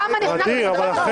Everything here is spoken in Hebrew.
למה נכנסתם לדבר הזה?